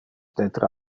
detra